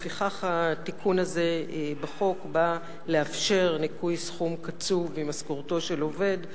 לפיכך התיקון הזה בחוק בא לאפשר ניכוי סכום קצוב ממשכורתו של עובד,